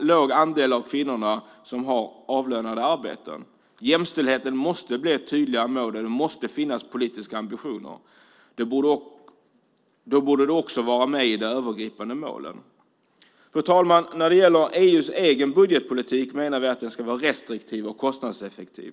låg andel av kvinnorna har avlönade arbeten. Jämställdheten måste bli ett tydligare mål. Det måste finnas politiska ambitioner. Då borde det också vara med i de övergripande målen. Fru talman! Vi menar att EU:s egen budgetpolitik ska vara restriktiv och kostnadseffektiv.